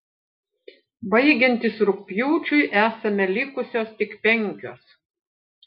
baigiantis rugpjūčiui esame likusios tik penkios